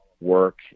work